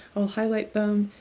i'll highlight them.